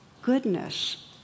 goodness